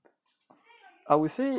I would say